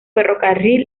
ferrocarril